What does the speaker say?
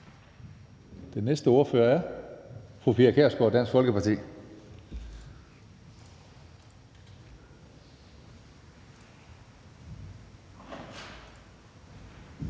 Den næste ordfører er fru Pia Kjærsgaard, Dansk Folkeparti.